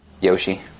Yoshi